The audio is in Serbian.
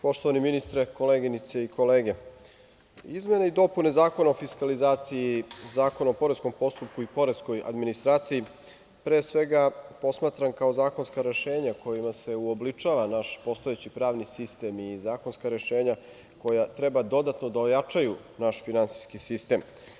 Poštovani ministre, koleginice i kolege, izmene i dopune Zakona o fiskalizaciji, Zakon o poreskom postupku i poreskoj administraciji, pre svega, posmatram kao zakonska rešenja kojima se uobličava naš postojeći pravni sistem i zakonska rešenja koja treba dodatno da ojačaju naš finansijski sistem.